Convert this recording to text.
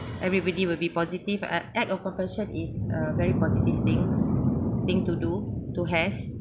everybody will be positive an act of compassion is a very positive thing thing to do to have